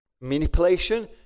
manipulation